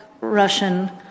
Russian